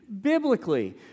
Biblically